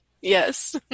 Yes